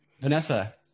Vanessa